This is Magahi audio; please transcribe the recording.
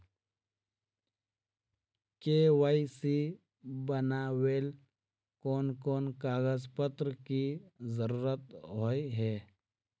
के.वाई.सी बनावेल कोन कोन कागज पत्र की जरूरत होय है?